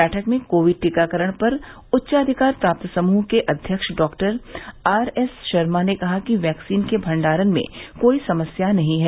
बैठक में कोविड टीकाकरण पर उच्चाधिकार प्राप्त समूह के अध्यक्ष डॉक्टर आर एस शर्मा ने कहा कि वैक्सीन के भंडारण में कोई समस्या नहीं है